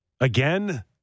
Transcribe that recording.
Again